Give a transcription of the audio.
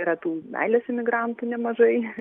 yra tų meilės imigrantų nemažai